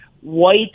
white